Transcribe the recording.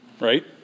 right